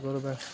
ओह्दे बाद